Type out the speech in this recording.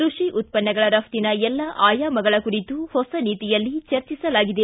ಕೃಷಿ ಉತ್ಪನ್ನಗಳ ರಫ್ಟಿನ ಎಲ್ಲ ಆಯಾಮಗಳ ಕುರಿತು ಹೊಸ ನೀತಿಯಲ್ಲಿ ಚರ್ಚಿಸಲಾಗಿದೆ